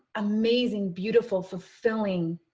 amazing, beautiful, fulfilling,